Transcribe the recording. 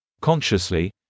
Consciously